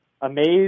amazed